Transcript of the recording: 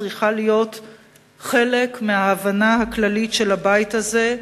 צריכה להיות חלק מההבנה הכללית של הבית הזה,